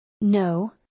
No